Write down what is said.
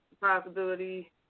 possibility